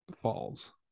Falls